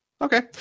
Okay